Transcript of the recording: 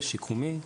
השיקומי.